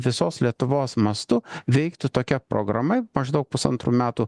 visos lietuvos mastu veiktų tokia programa maždaug pusantrų metų